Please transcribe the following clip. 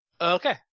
Okay